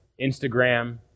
Instagram